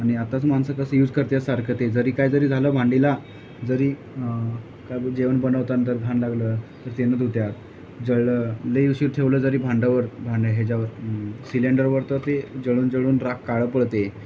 आणि आताच माणसं कसं यूज करते सारखं ते जरी काय जरी झालं भांडीला जरी काय बघ जेवण बनवतान तर घाण लागलं तर त्यानं धुतात जळलं लई उशीर ठेवलं जरी भांड्यावर भांडं ह्याच्यावर सिलेंडरवर तर ते जळून जळून राख काळं पडते